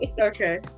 Okay